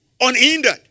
unhindered